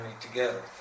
together